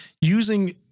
using